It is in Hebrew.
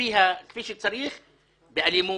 כפי שצריך באלימות,